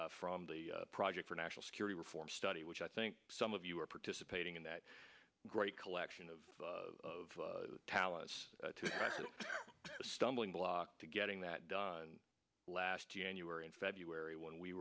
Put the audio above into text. t from the project for national security reform study which i think some of you are participating in that great collection of talent stumbling block to getting that done last january and february when we